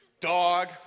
Dog